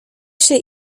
się